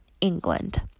England